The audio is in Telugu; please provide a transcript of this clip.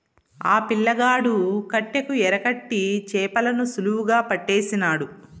ఆ పిల్లగాడు కట్టెకు ఎరకట్టి చేపలను సులువుగా పట్టేసినాడు